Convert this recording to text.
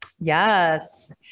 Yes